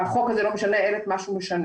החוק הזה לא משנה אלא את מה שהוא משנה.